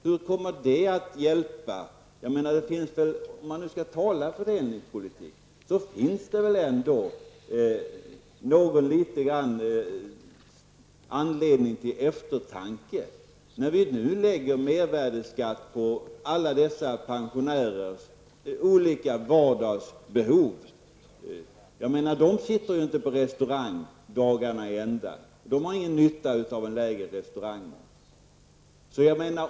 Hur kommer det att hjälpa pensionärerna? Om vi nu skall tala fördelningspolitik finns det väl anledning till eftertanke. Vi lägger mervärdeskatt på alla dessa pensionärers vardagsbehov, men de sitter ju inte på restaurang dagarna i ända. De har alltså ingen nytta av lägre restaurangmoms.